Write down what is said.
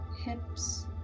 hips